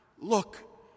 look